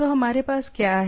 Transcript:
तो हमारे पास क्या है